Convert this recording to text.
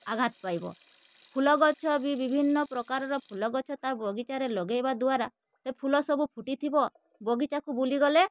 ଆଘାତ ପାଇବ ଫୁଲ ଗଛ ବି ବିଭିନ୍ନ ପ୍ରକାରର ଫୁଲ ଗଛ ତା ବଗିଚାରେ ଲଗେଇବା ଦ୍ୱାରା ସେ ଫୁଲ ସବୁ ଫୁଟିଥିବ ବଗିଚାକୁ ବୁଲିଗଲେ